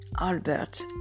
Albert